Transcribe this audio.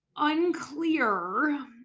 unclear